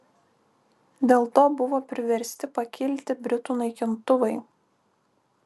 dėl to buvo priversti pakilti britų naikintuvai